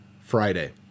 Friday